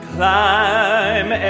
Climb